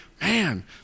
man